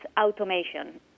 automation